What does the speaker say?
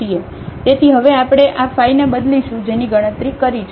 તેથી હવે આપણે આ phi ને બદલીશું જેની ગણતરી કરી છે